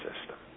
system